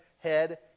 head